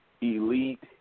elite